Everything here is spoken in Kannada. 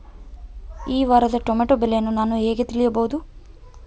ಈ ವಾರದ ಟೊಮೆಟೊ ಬೆಲೆಯನ್ನು ನಾನು ಹೇಗೆ ತಿಳಿಯಬಹುದು?